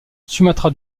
sumatra